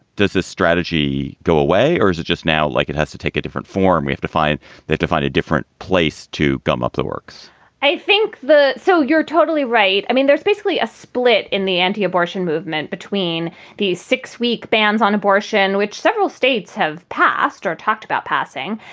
does this strategy go away or is it just now like it has to take a different form? we have to find that to find a different place to gum up the works i think the. so you're totally right. i mean, there's basically a split in the anti-abortion movement between these six week bans on abortion, which several states have passed or talked about passing.